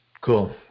Cool